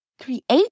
create